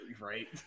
Right